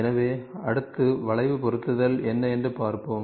எனவே அடுத்து வளைவு பொருத்துதல் என்ன என்று பார்ப்போம்